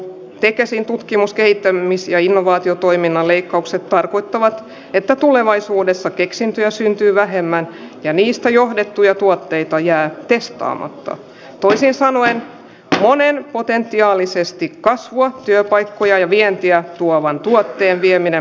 tekesin tutkimus kehittämis ja innovaatiotoiminnan leikkaukset tarkoittavat että tulevaisuudessa keksintöjä syntyy vähemmän ja niistä johdettuja tuotteita jää testaamatta toisin sanoen ja olen potentiaalisesti kasvua työpaikkoja ja vientiä tuovan tuotteen vieminen